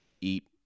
eat